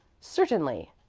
certainly,